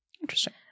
Interesting